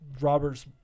Robert's